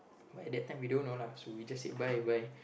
by that time we don't know lah so we just said bye bye